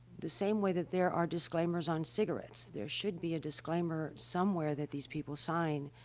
the same way that there are disclaimers on cigarettes, there should be a disclaimer, somewhere, that these people sign,